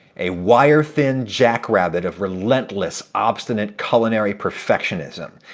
a wire-thin jackrabbit of relentless, obstinate culinary perfectionism.